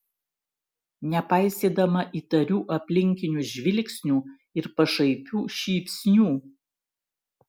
nepaisydama įtarių aplinkinių žvilgsnių ir pašaipių šypsnių